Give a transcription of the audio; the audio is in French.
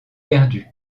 perdus